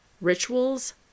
rituals